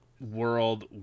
world